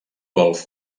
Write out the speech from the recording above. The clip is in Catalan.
golf